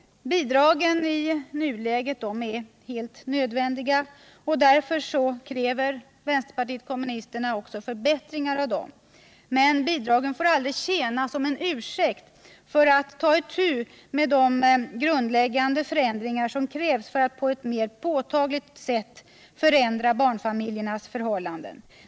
Bidragen i nuläget är helt nödvändiga, och därför kräver vänsterpartiet kommunisterna förbättringar på det området. Men barnbidragen får aldrig tjäna som en ursäkt för att man inte tagit itu med de grundläggande förändringar som behövs för att på ett mera påtagligt sätt förbättra barnfamiljernas förhållanden.